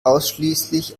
ausschließlich